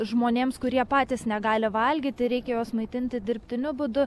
žmonėms kurie patys negali valgyti reikia juos maitinti dirbtiniu būdu